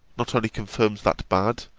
not only confirms that bad,